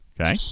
Okay